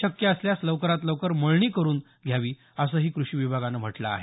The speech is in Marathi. शक्य असल्यास लवकरात लवकर मळणी करून घ्यावी असंही कुषी विभागानं म्हटलं आहे